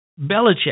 Belichick